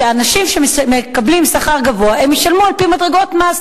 שאנשים שמקבלים שכר גבוה ישלמו על-פי מדרגות מס,